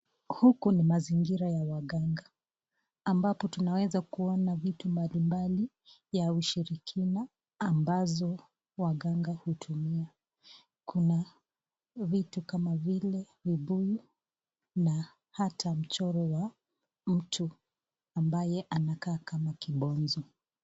Huku ni mazingira ya waganga ambapo tunaweza kuona vitu mbalimbali ya ushirikina ambazo waganga hutumia. Kuna vitu kama vile vibuyu na hata mchoro ya mtu ambaye anakaa kama kibonzo.